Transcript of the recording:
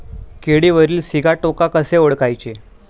केळीवरील सिगाटोका कसे ओळखायचे?